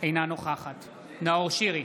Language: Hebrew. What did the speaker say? אינה נוכחת נאור שירי,